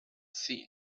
seen